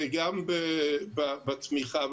וגם בתמיכה.